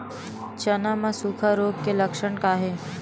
चना म सुखा रोग के लक्षण का हे?